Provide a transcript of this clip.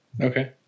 Okay